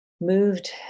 moved